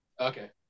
Okay